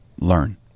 learn